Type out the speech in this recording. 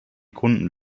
kunden